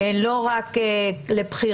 לא רק לבחירה,